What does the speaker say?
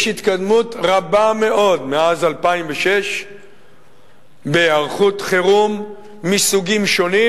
יש התקדמות רבה מאוד מאז 2006 בהיערכות חירום מסוגים שונים.